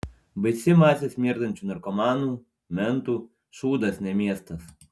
baisi masė smirdančių narkomanų mentų šūdas ne miestas